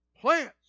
plants